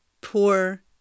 Poor